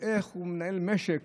איך הוא מנהל משק